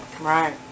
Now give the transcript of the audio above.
Right